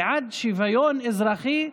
בעד שוויון אזרחי,